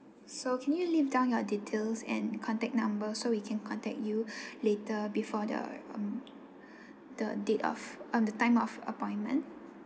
so can you leave down your details and contact number so we can contact you later before the um the date of um the time of appointment